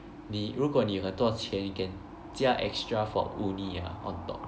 你如果你很多钱 you can 加 extra for uni ah on top